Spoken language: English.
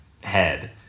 head